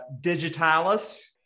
Digitalis